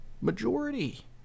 majority